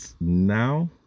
now